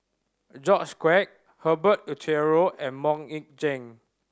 George Quek Herbert Eleuterio and Mok Ying Jang